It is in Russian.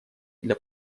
для